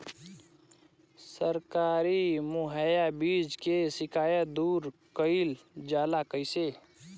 सरकारी मुहैया बीज के शिकायत दूर कईल जाला कईसे?